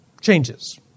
changes